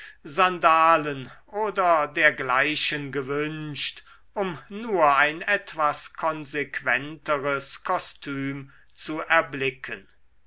sandalen oder dergleichen gewünscht um nur ein etwas konsequenteres kostüm zu erblicken